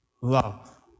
love